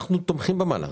אנחנו תומכים במהלך.